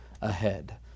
ahead